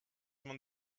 man